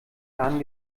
jahren